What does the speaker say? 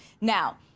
now